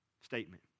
statement